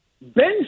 Ben